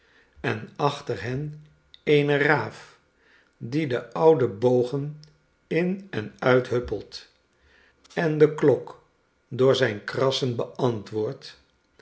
en achter hen eene raaf die de oude bogen in en uithuppelt en de klok door zijnkrassen beantwoordt